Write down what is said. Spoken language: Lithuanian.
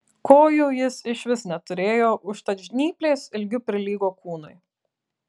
kojų jis išvis neturėjo užtat žnyplės ilgiu prilygo kūnui